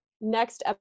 next